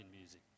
music